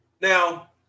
Now